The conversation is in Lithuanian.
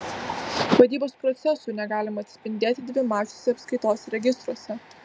vadybos procesų negalima atspindėti dvimačiuose apskaitos registruose